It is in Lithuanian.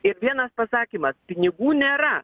ir vienas pasakymas pinigų nėra